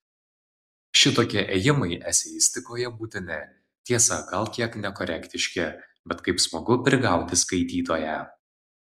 šitokie ėjimai eseistikoje būtini tiesa gal kiek nekorektiški bet kaip smagu prigauti skaitytoją